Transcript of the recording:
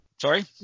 sorry